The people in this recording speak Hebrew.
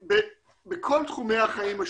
בכל תחומי החיים השונים,